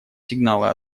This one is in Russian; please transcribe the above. сигналы